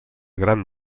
gran